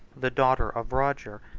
the daughter of roger,